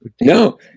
No